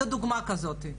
אין דוגמה כזאת,